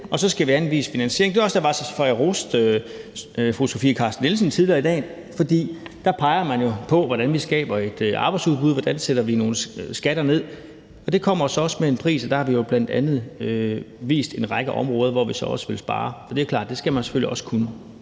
og så skal vi anvise finansiering. Det var også derfor, jeg roste fru Sofie Carsten Nielsen tidligere i dag. For der peger man jo på, hvordan vi skaber et arbejdsudbud, og hvordan vi kan sætte nogle skatter ned. Det kommer så også med en pris, og der har vi jo bl.a. anvist en række områder, hvor vi vil spare. Det er klart, at det skal man selvfølgelig også kunne.